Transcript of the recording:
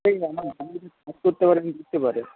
সেই যদি চুজ করতে পারেন পারে